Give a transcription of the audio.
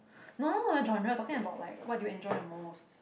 no not the genre talking about like what do you enjoy the most